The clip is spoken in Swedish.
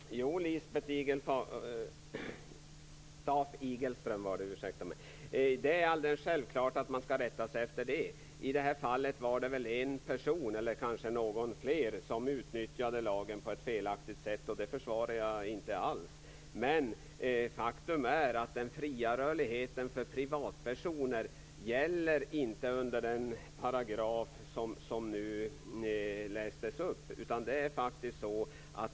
Fru talman! Jo, Lisbeth Staaf-Igelström, det är alldeles självklart att man skall rätta sig efter gällande lagstiftning. I detta fall var det väl en person eller kanske någon mer som utnyttjade lagen på ett felaktigt sätt, och det försvarar jag inte alls. Men faktum är att den fria rörligheten för privatpersoner inte gäller enligt den paragraf som lästes upp.